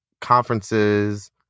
conferences